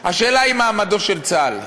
השאלה היא מעמדו של צה"ל.